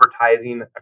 advertising